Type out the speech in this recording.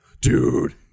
Dude